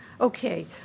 Okay